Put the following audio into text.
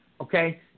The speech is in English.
okay